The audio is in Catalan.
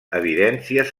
evidències